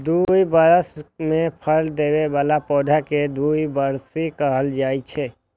दू बरस मे फल दै बला पौधा कें द्विवार्षिक कहल जाइ छै